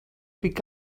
pick